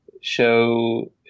show